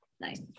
nice